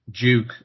Duke